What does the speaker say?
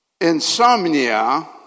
Insomnia